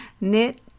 Knit